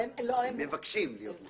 לא, הם מבקשים להיות מוחרגים.